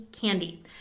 candy